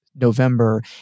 November